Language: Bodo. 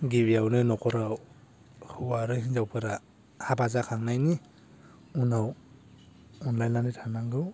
गिबियावनो नखराव हौवा आरो हिनजावफोरा हाबा जाखांनायनि उनाव अनलायनानै थानांगौ